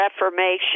Reformation